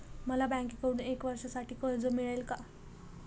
मला बँकेकडून एका वर्षासाठी कर्ज मिळेल का?